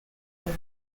and